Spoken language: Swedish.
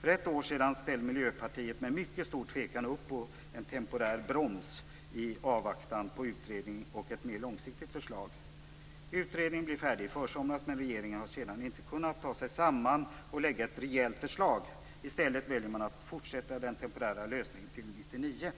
För ett år sedan ställde Miljöpartiet, med mycket stor tvekan, upp på en temporär "broms" i avvaktan på utredning och på ett mera långsiktigt förslag. Utredningen blev färdig på försommaren, men regeringen har sedan inte kunnat ta sig samman och lägga fram ett rejält förslag. I stället väljer man att fortsätta med den temporära lösningen till 1999.